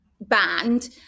band